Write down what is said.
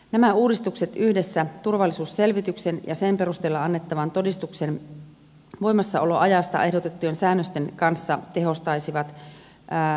nämä uudistukset yhdessä turvallisuusselvityksen ja sen perusteella annettavan todistuksen voimassaoloajasta ehdotettujen säännösten kanssa tehostaisivat menettelyä